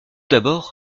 d’abord